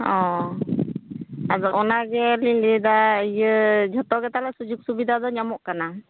ᱚ ᱟᱫᱚ ᱚᱱᱟ ᱜᱮᱞᱤᱧ ᱞᱟᱹᱭᱮᱫᱟ ᱤᱭᱟᱹ ᱡᱚᱛᱚ ᱜᱮ ᱛᱟᱦᱚᱞᱮ ᱥᱩᱡᱳᱜᱽ ᱥᱩᱵᱤᱫᱟ ᱫᱚ ᱧᱟᱢᱚᱜ ᱠᱟᱱᱟ